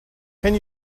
can